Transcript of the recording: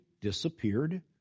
disappeared